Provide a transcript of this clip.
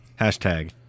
Hashtag